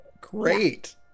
Great